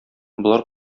болар